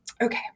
okay